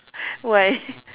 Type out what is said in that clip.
why